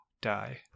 die